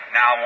Now